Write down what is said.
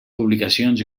publicacions